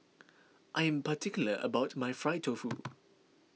I am particular about my Fried Tofu